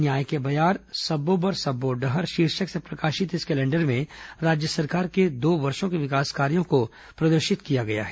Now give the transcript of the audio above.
न्याय के बयार सब्बो बर सब्बो डहर शीर्षक से प्रकाशित इस कैलेंडर में राज्य सरकार के दो वर्षो के विकास कार्यों को प्रदर्शित किया गया है